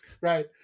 Right